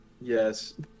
yes